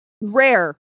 Rare